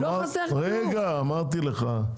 לא חסר כלום --- אבל אמרתי לך,